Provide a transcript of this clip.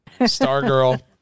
Stargirl